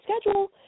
schedule